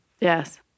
Yes